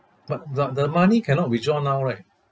but but the money cannot withdraw now right